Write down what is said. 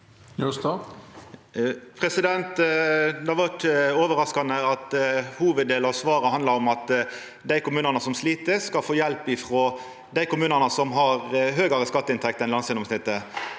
Det var ikkje overraskande at hovuddelen av svaret handla om at dei kommunane som slit, skal få hjelp frå dei kommunane som har høgare skatteinntekter enn landsgjennomsnittet.